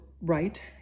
right